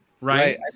right